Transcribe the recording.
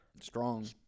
strong